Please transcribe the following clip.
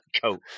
coat